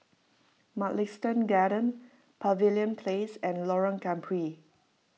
Mugliston Gardens Pavilion Place and Lorong Gambir